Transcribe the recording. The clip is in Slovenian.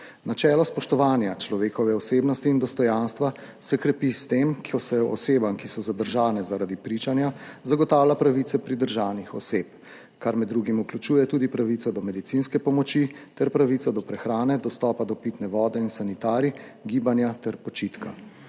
Načelo spoštovanja človekove osebnosti in dostojanstva se krepi s tem, ko se osebam, ki so zadržane zaradi pričanja, zagotavlja pravice pridržanih oseb, kar med drugim vključuje tudi pravico do medicinske pomoči ter pravico do prehrane, dostopa do pitne vode in sanitarij, gibanja ter počitka.